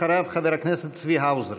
אחריו, חבר הכנסת צבי האוזר.